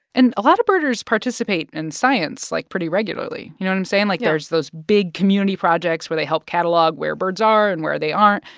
and a lot of birders participate in science, like, pretty regularly. you know what i'm saying? like, there's those big community projects where they help catalog where birds are and where they aren't.